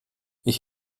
ich